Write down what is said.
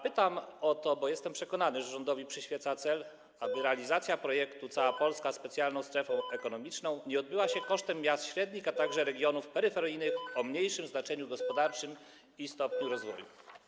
Pytam o to, bo jestem przekonany, że rządowi przyświeca cel, aby realizacja projektu: Cała Polska specjalną strefą ekonomiczną nie odbyła się kosztem średnich miast, a także regionów peryferyjnych o mniejszym znaczeniu gospodarczym i stopniu rozwoju.